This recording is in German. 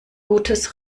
gutes